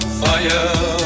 fire